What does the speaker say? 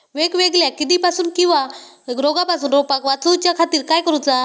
वेगवेगल्या किडीपासून किवा रोगापासून रोपाक वाचउच्या खातीर काय करूचा?